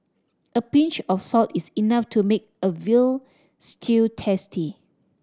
a pinch of salt is enough to make a veal stew tasty